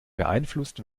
beeinflusst